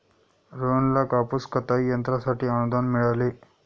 रोहनला कापूस कताई यंत्रासाठी अनुदान मिळाले